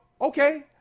okay